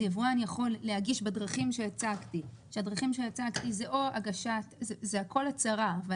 אז יבואן יכול להגיש בדרכים שהצגתי זה הכל הצהרה אבל